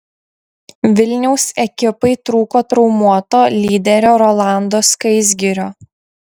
vilniaus ekipai trūko traumuoto lyderio rolando skaisgirio